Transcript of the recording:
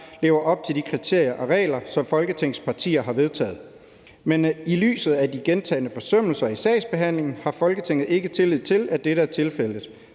lever op til de kriterier og regler, som Folketingets partier har vedtaget. Men i lyset af de gentagne forsømmelser i sagsbehandlingen har Folketinget ikke tillid til, at dette er tilfældet.